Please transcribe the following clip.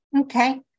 Okay